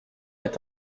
est